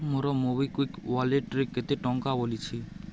ମୋର ମୋବିକ୍ଵିକ୍ ୱାଲେଟ୍ରେ କେତେ ଟଙ୍କା ବଳିଛି